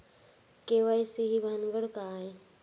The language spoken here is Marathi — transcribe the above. के.वाय.सी ही भानगड काय?